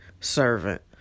servant